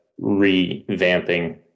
revamping